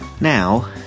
now